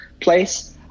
place